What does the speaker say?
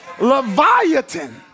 Leviathan